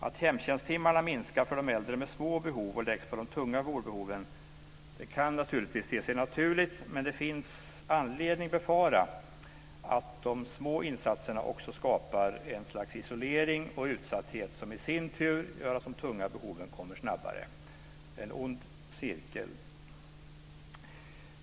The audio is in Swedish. Att hemtjänsttimmarna minskar för de äldre med små behov och läggs på de tunga vårdbehoven kan naturligtvis te sig naturligt, men det finns anledning att befara att frånvaron av de små insatserna också skapar ett slags isolering och utsatthet som i sin tur gör att de tunga behoven kommer snabbare. Det är en ond cirkel.